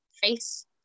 face